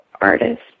artist